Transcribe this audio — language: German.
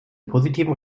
positiven